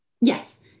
Yes